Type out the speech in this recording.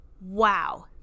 wow